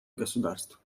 государств